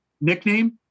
nickname